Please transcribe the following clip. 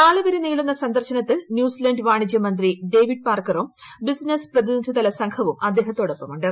നില്ളെ വരെ നീളുന്ന സന്ദർശനത്തിൽ ന്യൂസിലന്റ് വാണിജ്യമന്ത്രിപ്പ് ഡേവിഡ് പാർക്കറും ബിസിനസ് പ്രതിനിധിതല സംഘവും അദ്ദേഹത്തോടൊപ്പമുണ്ട്